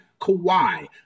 Kawhi